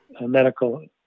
medical